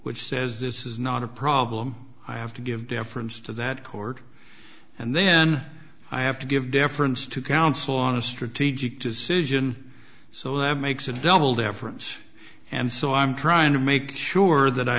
which says this is not a problem i have to give deference to that court and then i have to give deference to counsel on a strategic decision so that makes a double difference and so i'm trying to make sure that i